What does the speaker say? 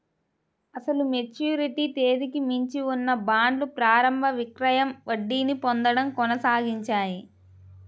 అసలు మెచ్యూరిటీ తేదీకి మించి ఉన్న బాండ్లు ప్రారంభ విక్రయం వడ్డీని పొందడం కొనసాగించాయి